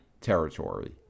territory